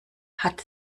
hat